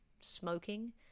smoking